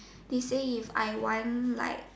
they say if I want like